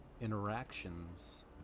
interactions